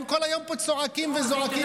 הם כל היום פה צועקים וזועקים,